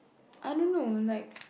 I don't know like